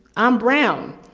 i'm brown.